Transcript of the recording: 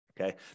Okay